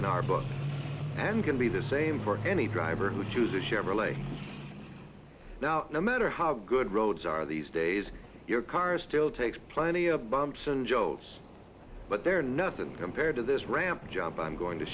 in and can be the same for any driver who chooses chevrolet now no matter how good roads are these days your car still takes plenty of bumps and shows but they're nothing compared to this ramp job i'm going to